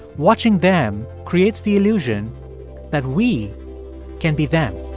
watching them creates the illusion that we can be them.